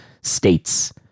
states